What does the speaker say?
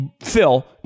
Phil